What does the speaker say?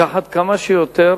לקחת כמה שיותר